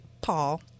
Paul